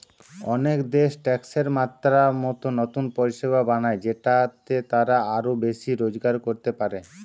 অনেক দেশ ট্যাক্সের মাত্রা মতো নতুন পরিষেবা বানায় যেটাতে তারা আরো বেশি রোজগার করতে পারে